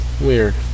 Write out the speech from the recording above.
Weird